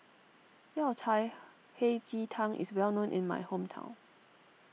Yao Cai Hei Ji Tang is well known in my hometown